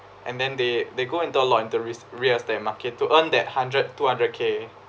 and then they they go into real estate market to earn that hundred two hundred K